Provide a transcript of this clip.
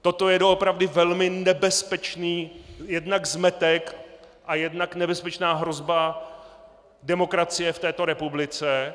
Toto je doopravdy velmi nebezpečný jednak zmetek a jednak nebezpečná hrozba demokracii v této republice.